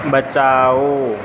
बचाओ